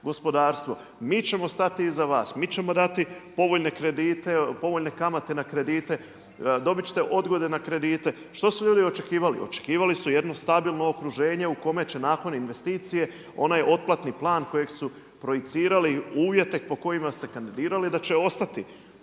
gospodarstvo, mi ćemo stati iza vas, mi ćemo dati povoljne kredite, povoljne kamate na kredite, dobit ćete odgode na kredite. Što su ljudi očekivali? Očekivali su jedno stabilno okruženje u kome će nakon investicije onaj otplatni plan kojeg su projicirali uvjete po kojima se kandidirali i da će ostati.